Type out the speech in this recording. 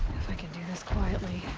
i can do this quietly.